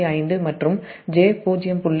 345 மற்றும் j0